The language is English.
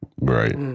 Right